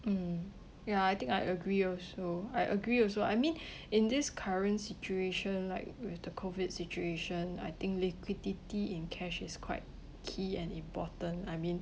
mm ya I think I agree also I agree also I mean in this current situation right with the COVID situation I think liquidity in cash is quite key and important I mean